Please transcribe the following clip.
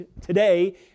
today